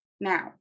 Now